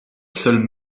seule